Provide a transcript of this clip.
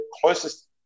closest